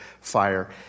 fire